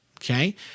Okay